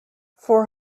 four